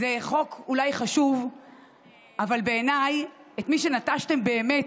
זה חוק אולי חשוב אבל בעיניי את מי שנטשתם באמת,